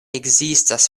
ekzistas